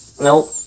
Nope